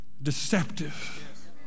deceptive